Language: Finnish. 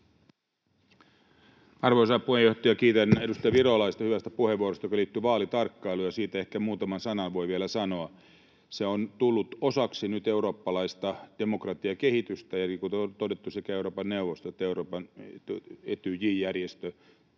Arvoisa puheenjohtaja! Kiitän edustaja Virolaista hyvästä puheenvuorosta, joka liittyi vaalitarkkailuun, ja siitä ehkä muutaman sanan voin vielä sanoa: Se on tullut nyt osaksi eurooppalaista demokratiakehitystä, ja kuten todettu, sekä Euroopan neuvosto että Etyj-järjestö